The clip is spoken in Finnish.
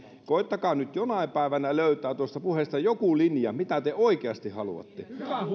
koettakaa nyt jonain päivänä löytää tuosta puheesta joku linja mitä te oikeasti haluatte